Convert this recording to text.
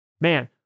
man